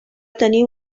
tenir